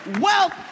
Wealth